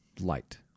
light